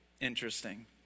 interesting